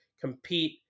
compete